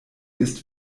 ist